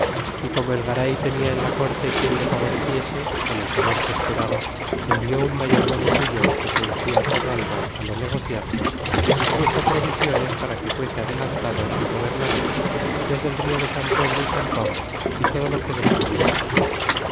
y como el ga ray tenia en la corte quien le favoreciese con el favor que esperaba envió un mayordomo suyo que se decía torralva lo negociar y truxo provisiones para que fuese adelantado y gobernador desde el rio de san pedro y san pablo y todo lo que descubriese